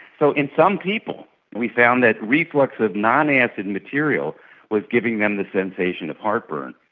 so in some people we found that reflux of non-acid material was giving them the sensation of heartburn.